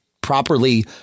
properly